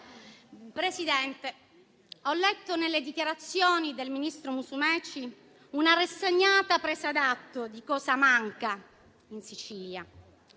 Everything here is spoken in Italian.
Presidente, ho letto nelle dichiarazioni del ministro Musumeci una rassegnata presa d'atto di cosa manca in Sicilia;